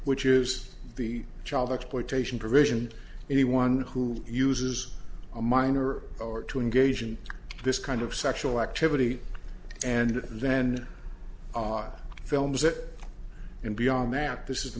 which is the child exploitation provision anyone who uses a minor or to engage in this kind of sexual activity and then films that and beyond that this is the